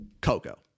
Coco